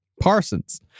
Parsons